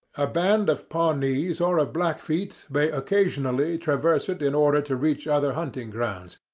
a band of pawnees or of blackfeet may occasionally traverse it in order to reach other hunting-grounds,